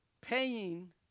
paying